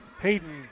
Hayden